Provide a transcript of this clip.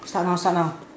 start now start now